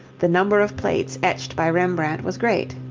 the number of plates etched by rembrandt was great,